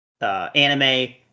anime